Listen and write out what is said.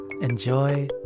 Enjoy